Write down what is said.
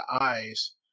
eyes